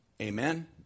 Amen